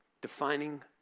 Defining